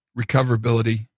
recoverability